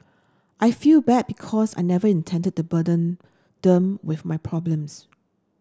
I feel bad because I never intended to burden them with my problems